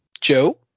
Joe